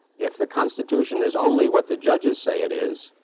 if the constitution is only what the judges say it is,